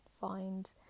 find